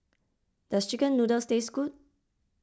does Chicken Noodles taste good